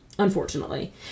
Unfortunately